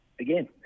again